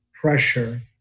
pressure